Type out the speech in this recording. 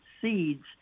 seeds